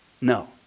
No